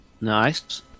Nice